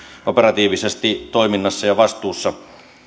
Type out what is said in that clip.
operatiivisesti toiminnassa ja ja vastuussa